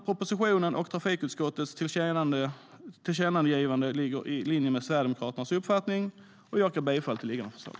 Propositionen och trafikutskottets tillkännagivande ligger i linje med Sverigedemokraternas uppfattning, och jag yrkar bifall till föreliggande förslag.